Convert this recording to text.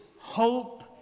hope